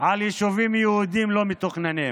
על יישובים יהודיים לא מתוכננים.